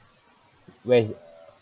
when